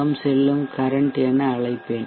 D மூலம் செல்லும் current என அழைப்பேன்